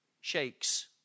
shakes